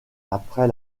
après